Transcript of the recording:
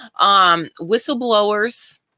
Whistleblowers